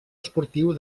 esportiu